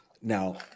Now